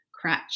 crutch